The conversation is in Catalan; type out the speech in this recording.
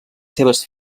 seves